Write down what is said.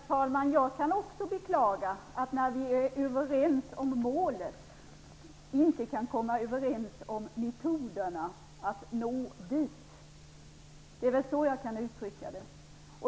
Herr talman! Jag kan också beklaga att vi när vi är överens om målet inte kan komma överens om metoderna att nå dit.